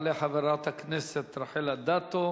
תעלה חברת הכנסת רחל אדטו,